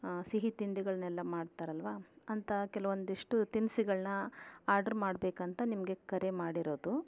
ಸಿಹಿ ತಿಂಡಿಗಳನ್ನೆಲ್ಲ ಮಾಡ್ತಾರಲ್ವಾ ಅಂಥ ಕೆಲವೊಂದಿಷ್ಟು ತಿನ್ಸುಗಳನ್ನ ಆಡ್ರ ಮಾಡಬೇಕಂತ ನಿಮಗೆ ಕರೆ ಮಾಡಿರೋದು